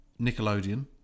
Nickelodeon